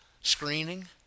screening